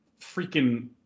freaking